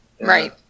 Right